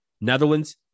Netherlands